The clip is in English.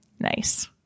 nice